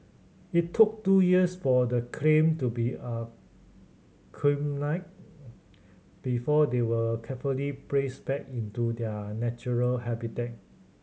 it took two years for the clam to be before they were carefully praise back into their natural habitat